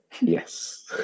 Yes